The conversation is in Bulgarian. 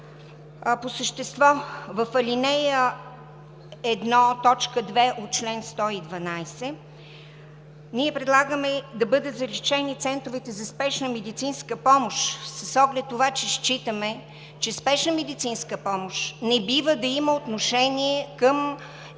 По същество. В ал. 1, т. 2 от чл. 112 ние предлагаме да бъдат заличени центровете за спешна медицинска помощ, с оглед на това, че считаме, че спешната медицинска помощ не бива да има отношение към експертизите